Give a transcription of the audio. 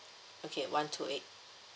okay one two eight